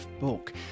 book